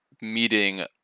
meeting